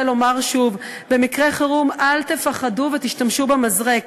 לומר שוב: במקרה חירום אל תפחדו ותשתמשו במזרק.